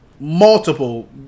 multiple